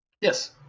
Yes